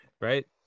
right